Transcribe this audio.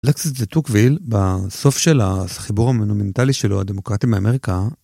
אלקסיס דה טוקוויל בסוף של החיבור המונומנטלי שלו הדמוקרטי באמריקה